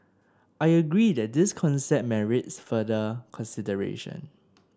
I agree that this concept merits further consideration